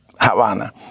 Havana